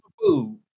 food